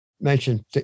mentioned